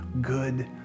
good